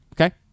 okay